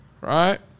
Right